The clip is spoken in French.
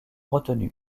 retenus